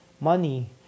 money